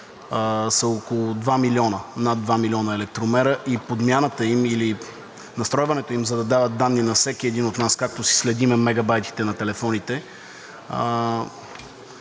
електромерите са над два милиона и подмяната им или настройването им, за да дават данни на всеки един от нас, както си следим мегабайтите на телефоните,